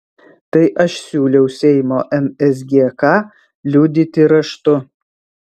tai aš siūliau seimo nsgk liudyti raštu